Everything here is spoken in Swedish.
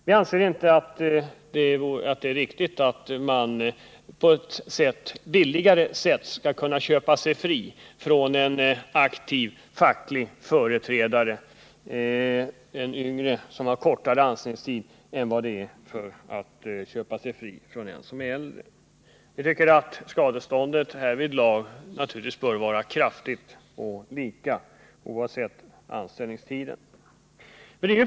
Vi anser inte att det är riktigt att det skall vara billigare för arbetsgivaren att köpa sig fri från en yngre, aktiv facklig företrädare, som hear en kortare anställningstid, än vad det är att köpa sig fri från en äldre arbetstagare. Enligt vår mening bör skadeståndet vara kraftigt tilltaget och lika oavsett anställningstidens längd.